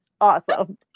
Awesome